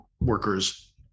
workers